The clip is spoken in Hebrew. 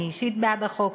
אני אישית בעד החוק.